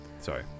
Sorry